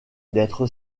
d’être